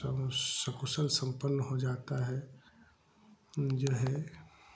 सर्व सुख से सम्पन्न हो जाता है जो हैं